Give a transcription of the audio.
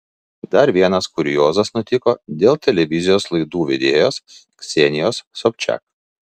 dar vienas kuriozas nutiko dėl televizijos laidų vedėjos ksenijos sobčiak